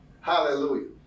Hallelujah